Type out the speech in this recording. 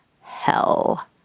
hell